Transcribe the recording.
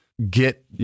get